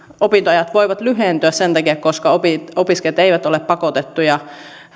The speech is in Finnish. opintoajat voivat lyhentyä sen takia että opiskelijat eivät ole pakotettuja